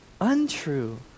untrue